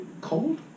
cold